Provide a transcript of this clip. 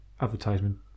advertisement